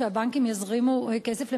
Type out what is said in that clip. שהבנקים יזרימו כסף ל"מעריב",